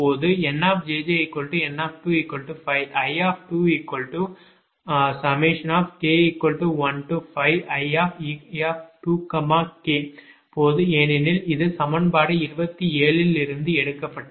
போது jj2 NjjN25 I2k15ie2kபோது ஏனெனில் இது சமன்பாடு 27 இலிருந்து எடுக்கப்பட்டது